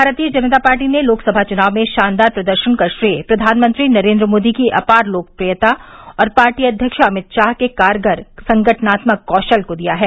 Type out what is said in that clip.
भारतीय जनता पार्टी ने लोकसभा चुनाव में शानदार प्रदर्शन का श्रेय प्रधानमंत्री नरेन्द्र मोदी की अपार लोकप्रियता और पार्टी अध्यक्ष अमित शाह के कारगर संगठनात्मक कौशल को दिया है